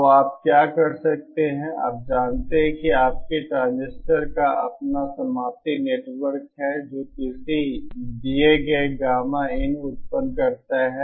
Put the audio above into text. तो आप क्या कर सकते हैं आप जानते हैं कि आपके ट्रांजिस्टर का अपना समाप्ति नेटवर्क है जो किसी दिए गए गामाin उत्पन्न करता है